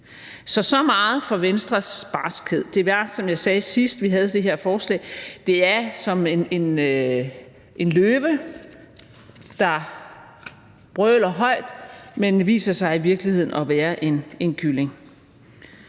vi havde det her forslag: Det er, som en løve, der brøler højt, men viser sig i virkeligheden at være en kylling.